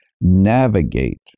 navigate